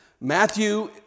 Matthew